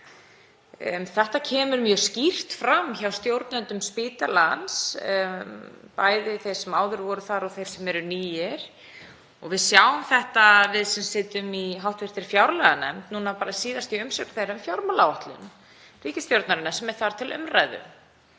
Þetta kemur mjög skýrt fram hjá stjórnendum spítalans, bæði þeim sem áður voru þar og þeim sem eru nýir. Við sáum þetta sem sitjum í hv. fjárlaganefnd síðast í umsögn þeirra um fjármálaáætlun ríkisstjórnarinnar sem er þar til umræðu.